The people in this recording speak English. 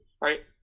right